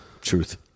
Truth